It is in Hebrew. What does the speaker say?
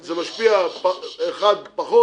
זה משפיע על אחד יותר ועל אחד פחות,